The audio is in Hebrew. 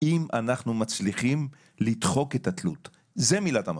האם אנחנו מצליחים לדחוק את התלות, זו מילת המפתח.